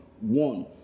One